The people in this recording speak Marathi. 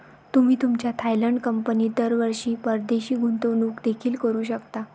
तुम्ही तुमच्या थायलंड कंपनीत दरवर्षी परदेशी गुंतवणूक देखील करू शकता